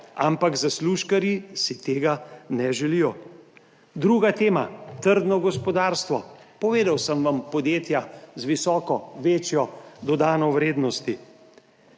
ampak zaslužkarji si tega ne želijo. Druga tema, trdno gospodarstvo. Povedal sem vam, podjetja z visoko, večjo dodano vrednost.